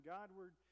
Godward